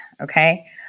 Okay